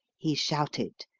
he shouted,